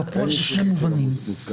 פה זו שאלה מעניינת.